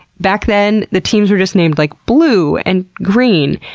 back then the teams were just named like blue and green,